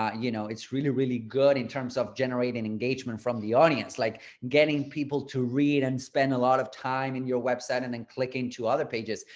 ah you know, it's really, really good in terms of generating engagement from the audience, like getting people to read and spend a lot of time in your website and then click into other pages.